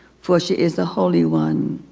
for she is the holy one.